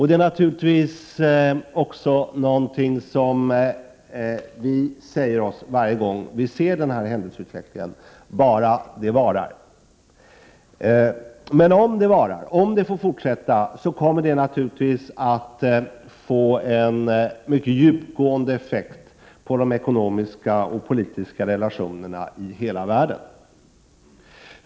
Detta är givetvis någonting som också vi säger oss då vi iakttar den här händelseutvecklingen: Bara det varar! Men om det varar, om det får fortsätta, kommer det naturlivtvis att få en mycket djupgående effekt på de ekonomiska och politiska relationerna i hela världen.